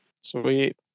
Sweet